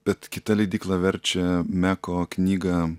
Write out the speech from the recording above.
bet kita leidykla verčia meko knygą